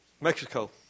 Mexico